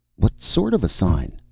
what sort of sign?